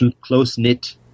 close-knit